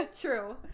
true